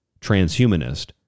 transhumanist